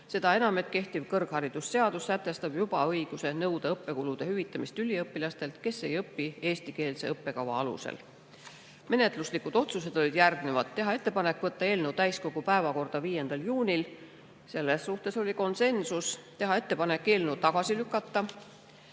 Seda enam, et kehtiv kõrgharidusseadus sätestab juba õiguse nõuda õppekulude hüvitamist üliõpilastelt, kes ei õpi eestikeelse õppekava alusel. Menetluslikud otsused olid järgnevad: teha ettepanek võtta eelnõu täiskogu päevakorda 5. juunil, selles osas oli konsensus; teha ettepanek eelnõu tagasi lükata,